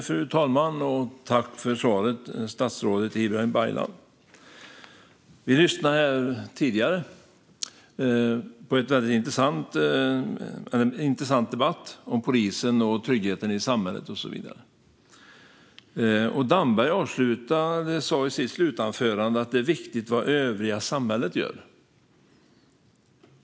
Fru talman! Tack för svaret, statsrådet Ibrahim Baylan! Jag lyssnade tidigare på en väldigt intressant debatt om polisen, tryggheten i samhället och så vidare. Damberg sa i sitt slutanförande att det är viktigt vad övriga samhället gör.